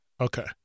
Okay